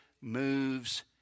moves